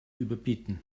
überbieten